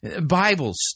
Bibles